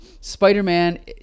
spider-man